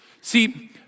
see